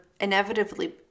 inevitably